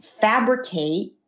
fabricate